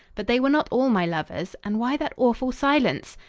but they were not all my lovers, and why that awful silence?